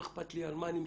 לא אכפת לי על מה אני משלם,